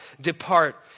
Depart